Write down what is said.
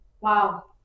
Wow